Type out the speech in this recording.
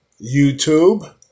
YouTube